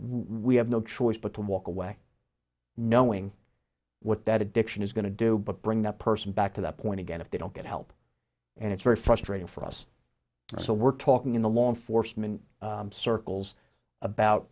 we have no choice but to walk away knowing what that addiction is going to do but bring that person back to that point again if they don't get help and it's very frustrating for us so we're talking in the law enforcement circles about